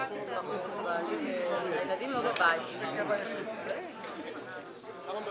לצערנו, לאותה תוצאה, יהיה שוויון בגושים,